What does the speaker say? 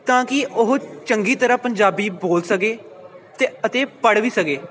ਤਾਂ ਕਿ ਉਹ ਚੰਗੀ ਤਰ੍ਹਾਂ ਪੰਜਾਬੀ ਬੋਲ ਸਕੇ ਤੇ ਅਤੇ ਪੜ੍ਹ ਵੀ ਸਕੇ